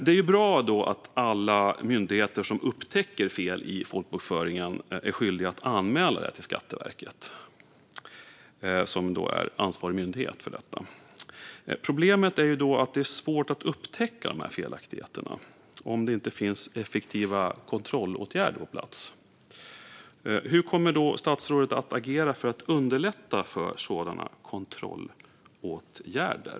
Det är bra att alla myndigheter som upptäcker fel i folkbokföringen är skyldiga att anmäla det till Skatteverket, som är ansvarig myndighet. Problemet är att det är svårt att upptäcka dessa felaktigheter om det inte finns effektiva kontrollåtgärder på plats. Hur kommer statsrådet att agera för att underlätta för sådana kontrollåtgärder?